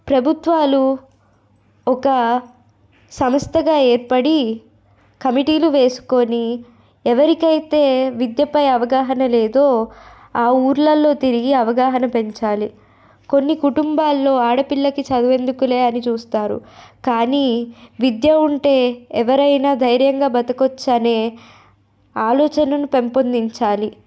ప్రబుత్వాలు ఒక సంస్థగా ఏర్పడి కమిటీలు వేసుకొని ఎవరికైతే విద్యపైన అవగాహన లేదో ఆ ఊర్లలో తిరిగి అవగాహన పెంచాలి కొన్ని కుటుంబాల్లో ఆడపిల్లకి చదువెందుకులే అని చూస్తారు కాని విద్య ఉంటే ఎవరైనా ధైర్యంగా బ్రతకవచ్చునే ఆలోచనను పెంపొందించాలి